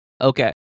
Okay